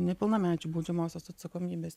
nepilnamečių baudžiamosios atsakomybės